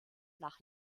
nach